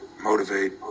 motivate